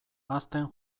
hazten